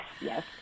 yes